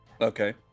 okay